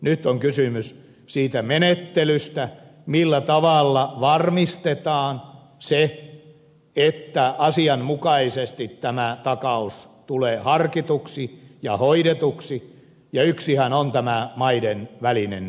nyt on kysymys siitä menettelystä millä tavalla varmistetaan se että asianmukaisesti tämä takaus tulee harkituksi ja hoidetuksi ja yksihän on tämä maiden välinen yksimielisyys